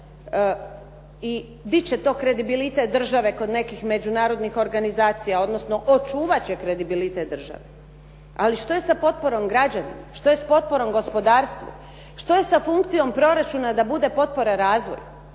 i dići će to kredibilitete kod nekih međunarodnih organizacija, odnosno očuvati će kredibilitet države. Ali što je sa potporom građanina, što je sa potporom gospodarstvu, što je sa funkcijom proračuna da bude potpora razvoju?